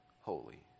holy